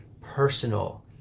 personal